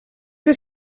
het